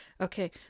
Okay